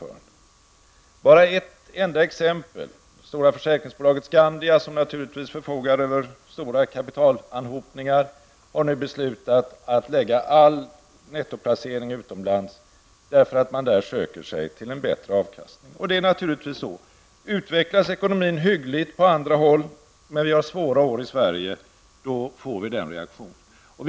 Jag tar bara ett enda exempel: Det stora försäkringsbolaget Skandia, som naturligtvis förfogar över stora kapitalanhopningar, har nu beslutat att lägga all nettoplacering utomlands, därför att man söker sig till en bättre avkastning. Och det är naturligtvis så att om ekonomin är hygglig på andra håll, medan vi har svåra år i Sverige, då får vi den reaktionen.